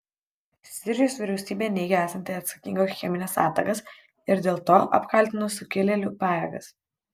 sirijos vyriausybė neigia esanti atsakinga už chemines atakas ir dėl to apkaltino sukilėlių pajėgas